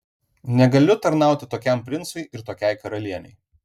negaliu tarnauti tokiam princui ir tokiai karalienei